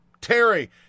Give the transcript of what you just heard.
Terry